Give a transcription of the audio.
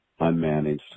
unmanaged